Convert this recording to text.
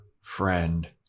friend